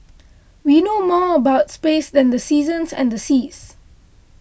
we know more about space than the seasons and the seas